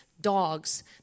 dogs